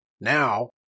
now